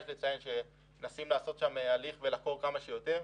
יש לציין שמנסים לעשות שם הליך ולחקור כמה שיותר.